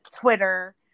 Twitter